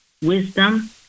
wisdom